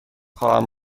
خواهم